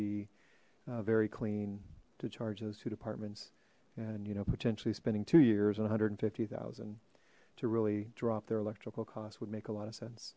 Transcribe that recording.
be very clean to charge those two departments and you know potentially spending two years and a hundred and fifty thousand to really drop their electrical cost would make a lot of sense